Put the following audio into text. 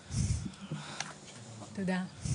תודה.